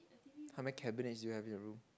how many cabinets do you have in your room